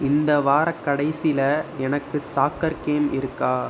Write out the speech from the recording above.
இந்த வாரக்கடைசியில் எனக்கு சாக்கர் கேம் இருக்கா